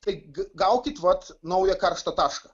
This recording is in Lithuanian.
tai gaukit vat naują karštą tašką